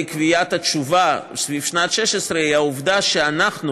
קביעת התשובה סביב שנת 2016 היא העובדה שאנחנו,